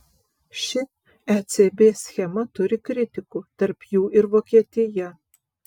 ši ecb schema turi kritikų tarp jų ir vokietija